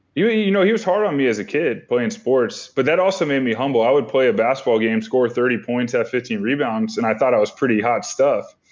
you know he was hard on me as a kid playing sports but that also made me humble. i would play a basketball game, score thirty points, have fifteen rebounds and i thought i was pretty hot stuff.